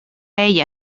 ella